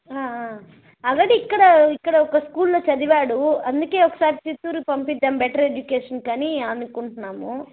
already ఇక్కడ ఇక్కడ ఒక స్కూల్లో చదివాడు అందుకే ఒకసారి చిత్తూరుకి పంపిద్దాము బెట్టర్ ఎడ్యుకేషన్కి అని అనుకుంటున్నాము